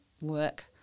work